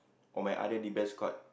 on my other D_B_S card